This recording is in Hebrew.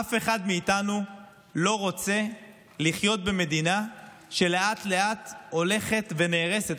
אף אחד מאיתנו לא רוצה לחיות במדינה שלאט-לאט הולכת ונהרסת.